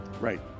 Right